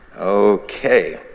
Okay